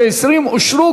19 ו-20 אושרו,